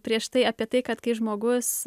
prieš tai apie tai kad kai žmogus